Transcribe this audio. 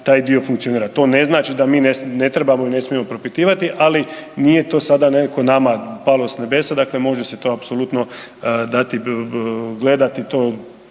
taj dio funkcionira. To ne znači da mi ne trebamo i ne smijemo propitivati, ali nije to sada nekako nama palo s nebesa, dakle može se to apsolutno dati, gledati to,